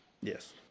Yes